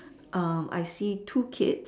um I see two kids